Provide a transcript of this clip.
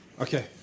okay